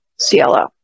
CLO